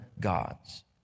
gods